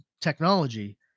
technology